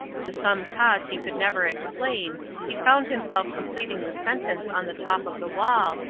to some cause he could never explain he found himself completing the sentence on the top of the wall,